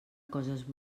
coses